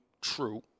true